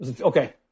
Okay